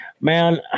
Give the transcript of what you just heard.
man